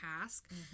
task